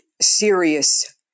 serious